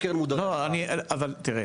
אבל תראה,